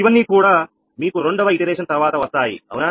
ఇవన్నీ కూడా మీకు రెండవ ఇటరేషన్ తరువాత వస్తాయి అవునా